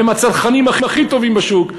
והם הצרכנים הכי טובים בשוק,